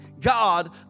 God